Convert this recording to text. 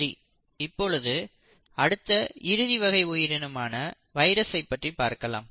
சரி இப்பொழுது அடுத்த இறுதி வகை உயிரினமான வைரஸை பற்றி பார்க்கலாம்